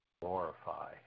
glorify